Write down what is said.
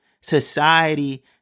society